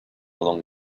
along